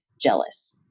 jealous